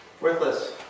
Worthless